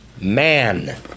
man